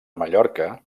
mallorca